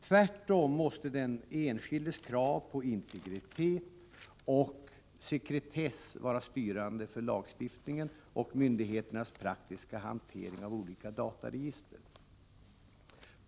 Tvärtom måste den enskildes krav på integritet och sekretess vara styrande för lagstiftningen och myndigheternas praktiska hantering av olika dataregister.